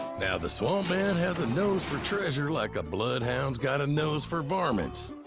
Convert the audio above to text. now, the swamp man has a nose for treasure like a bloodhound's got a nose for varmints.